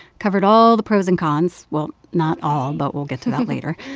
covered all the pros and cons well, not all, but we'll get to that later.